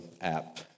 app